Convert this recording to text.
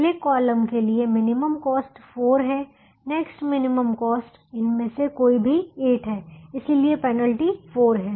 पहले कॉलम के लिए मिनिमम कॉस्ट 4 है नेक्स्ट मिनिमम कॉस्ट इनमें से कोई भी 8 है इसलिए पेनल्टी 4 है